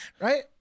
Right